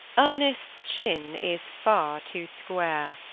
ernest's chin is far too square.